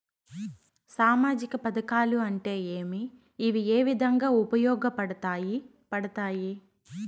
సామాజిక పథకాలు అంటే ఏమి? ఇవి ఏ విధంగా ఉపయోగపడతాయి పడతాయి?